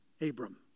Abram